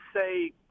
say